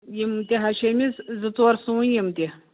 یِم تہِ حظ چھِ أمِس زٕ ژور سُوٕنۍ یِم تہِ